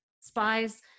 Spies